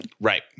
Right